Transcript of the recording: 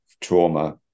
trauma